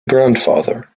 grandfather